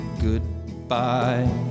goodbye